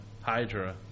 hydra